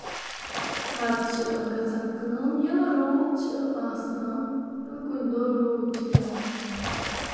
پَتہٕ چھِ گژھان کٲم ییٚلہِ روٗد چھُ آسان ییٚلہِ کُنہِ دۄہ روٗد چھُ پیوان